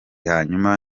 hanyuma